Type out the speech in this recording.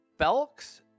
Belks